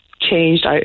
changed